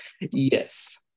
Yes